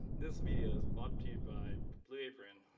this media is brought to you by blue apron.